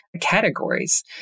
categories